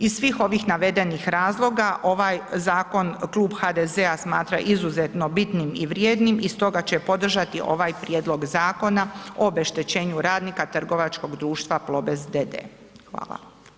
Iz svih ovih navedenih razloga, ovaj zakon klub HDZ-a smatra izuzetno bitnim i vrijednim i stoga će podržati ovaj prijedlog zakona o obeštećenju radnika trgovačkog društva Plobest d.d., hvala.